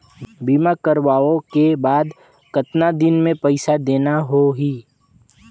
बीमा करवाओ के बाद कतना दिन मे पइसा देना हो ही?